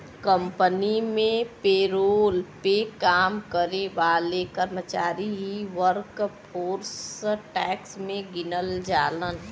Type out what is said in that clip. company में payroll पे काम करे वाले कर्मचारी ही वर्कफोर्स टैक्स में गिनल जालन